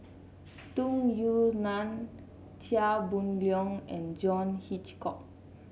Tung Yue Nang Chia Boon Leong and John Hitchcock